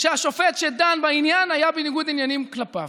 שהשופט שדן בעניין היה בניגוד עניינים כלפיו.